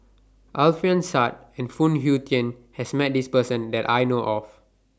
Alfian Sa'at and Phoon Yew Tien has Met This Person that I know of